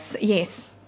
yes